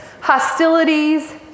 hostilities